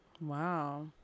Wow